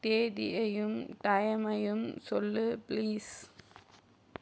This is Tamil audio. தேதியையும் டைமையும் சொல்லு ப்ளீஸ்